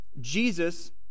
Jesus